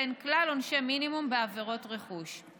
ואין כלל עונשי מינימום בעבירות רכוש.